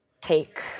take